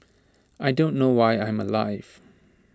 I don't know why I'm alive